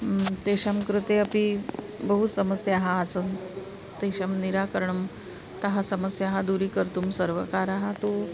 तेषां कृते अपि बहु समस्याः आसन् तेषां निराकरणं अतः समस्याः दूरीकर्तुं सर्वकारः तु